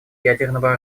ядерного